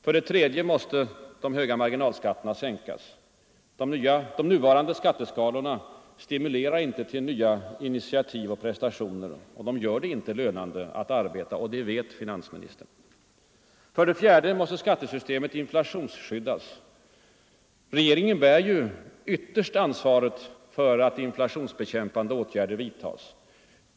För det tredje måste de höga marginalskatterna sänkas. De nuvarande skatteskalorna stimulerar inte till nya initiativ och prestationer. De gör det inte lönande att arbeta och det vet finansministern. För det fjärde måste skattesystemet inflationsskyddas. Regeringen bär ytterst ansvaret för att inflationsbekämpande åtgärder vidtages.